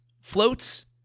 floats